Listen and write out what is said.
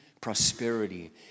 prosperity